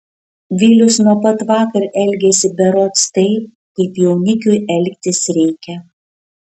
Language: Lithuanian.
vilius nuo pat vakar elgiasi berods taip kaip jaunikiui elgtis reikia